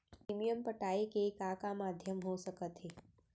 Premium पटाय के का का माधयम हो सकत हे?